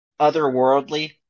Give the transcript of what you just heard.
otherworldly